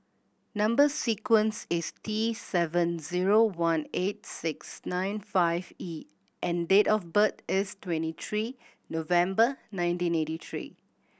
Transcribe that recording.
number sequence is T seven zero one eight six nine five E and date of birth is twenty three November nineteen eighty three